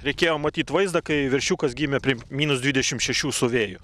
reikėjo matyt vaizdą kai veršiukas gimė prie minus dvidešim šešių su vėju